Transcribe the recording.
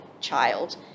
child